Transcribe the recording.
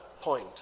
point